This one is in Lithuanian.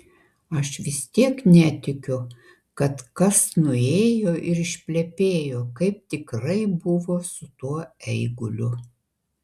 aš vis tiek netikiu kad kas nuėjo ir išplepėjo kaip tikrai buvo su tuo eiguliu